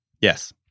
yes